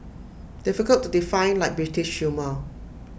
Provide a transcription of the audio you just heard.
difficult to define like British humour